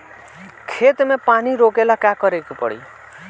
खेत मे पानी रोकेला का करे के परी?